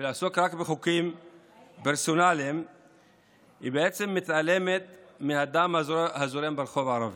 עוסקת רק בחוקים פרסונליים ובעצם מתעלמת מהדם הזורם ברחוב הערבי,